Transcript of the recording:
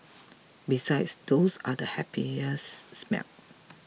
besides those are the happiest smells